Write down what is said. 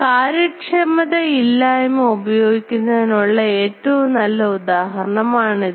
കാര്യക്ഷമത ഇല്ലായ്മ ഉപയോഗിക്കുന്നതിനുള്ള ഏറ്റവും നല്ല ഉദാഹരണം ആണിത്